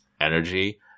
energy